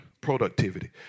Productivity